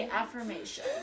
affirmation